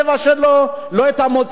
לא איך הוא הסתנן,